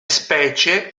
specie